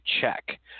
check